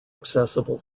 accessible